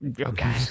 Okay